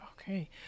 Okay